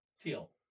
Teal